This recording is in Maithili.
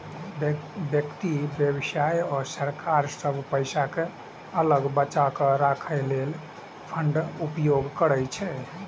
व्यक्ति, व्यवसाय आ सरकार सब पैसा कें अलग बचाके राखै लेल फंडक उपयोग करै छै